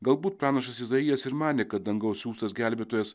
galbūt pranašas izaijas ir manė kad dangaus siųstas gelbėtojas